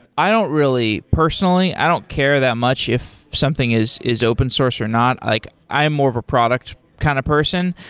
i don't really personally, i don't care that much if something is is open source or not. like i'm more of a product kind of person.